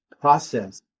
process